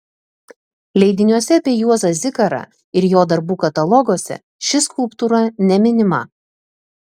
leidiniuose apie juozą zikarą ir jo darbų kataloguose ši skulptūra neminima